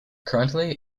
currently